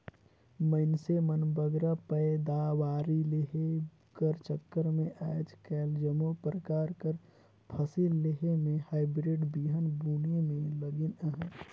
मइनसे मन बगरा पएदावारी लेहे कर चक्कर में आएज काएल जम्मो परकार कर फसिल लेहे में हाईब्रिड बीहन बुने में लगिन अहें